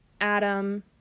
Adam